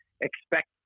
expect